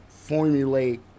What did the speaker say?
formulate